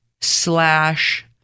slash